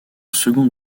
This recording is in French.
seconde